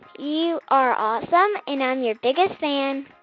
you are awesome, and i'm your biggest fan.